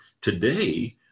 today